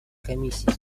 комиссии